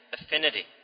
affinity